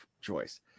choice